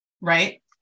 Right